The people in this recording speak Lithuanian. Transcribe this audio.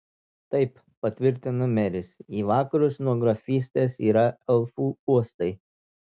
taip patvirtino meris į vakarus nuo grafystės yra elfų uostai